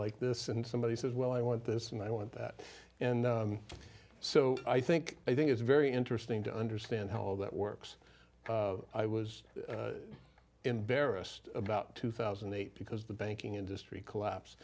like this and somebody says well i want this and i want that and so i think i think it's very interesting to understand how all that works i was embarrassed about two thousand and eight because the banking industry collapse